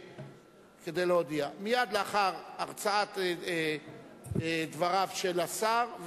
מייד לאחר הרצאת דבריו של השר,